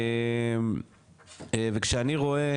וכשאני רואה